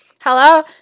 Hello